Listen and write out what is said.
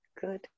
good